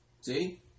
See